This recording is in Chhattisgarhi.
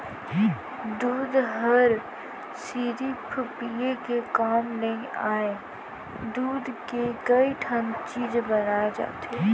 दूद हर सिरिफ पिये के काम नइ आय, दूद के कइ ठन चीज बनाए जाथे